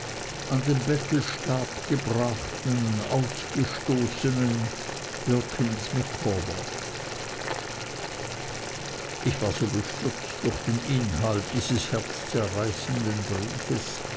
an den bettelstab gebrachten ausgestoßnen wilkins micawber ich war so bestürzt durch den inhalt dieses herzzerreißenden briefes